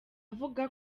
avuga